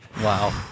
Wow